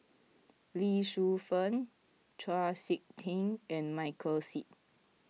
Lee Shu Fen Chau Sik Ting and Michael Seet